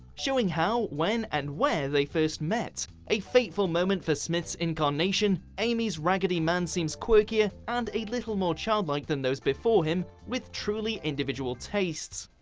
showing how, when and where they first met. a fateful moment for smith's incarnation, amy's raggedy man seems quirkier and a little more child-like than those before him with truly individual tastes.